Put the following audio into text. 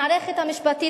המערכת המשפטית,